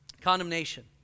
condemnation